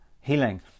healing